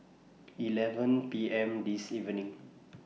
eleven P M This evening